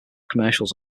commercials